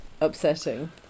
upsetting